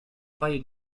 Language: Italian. paio